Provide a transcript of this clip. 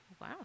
wow